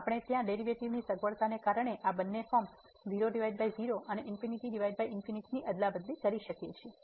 તેથી આપણે ત્યાં ડેરિવેટિવની સગવડતાને આધારે આ બંને ફોર્મ્સ 00 અને ની અદલાબદલી કરી શકીએ છીએ